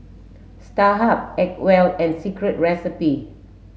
Starhub Acwell and Secret Recipe